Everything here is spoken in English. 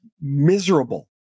miserable